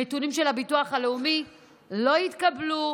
הנתונים של הביטוח הלאומי לא התקבלו.